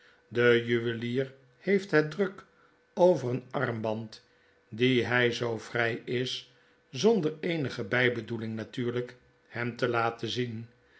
de juwelier heeft het druk over een armband dien hij zoo vrij is zonder eenige bijbedoeling natuurlijk hem te laten zien